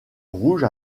rouge